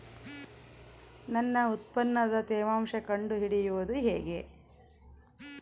ನನ್ನ ಉತ್ಪನ್ನದ ತೇವಾಂಶ ಕಂಡು ಹಿಡಿಯುವುದು ಹೇಗೆ?